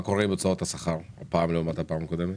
מה קורה עם הוצאות השכר הפעם לעומת הפעם הקודמת.